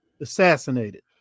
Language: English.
assassinated